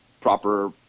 proper